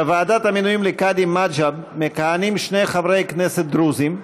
בוועדת המינויים לקאדים מד'הב מכהנים שני חברי כנסת דרוזים,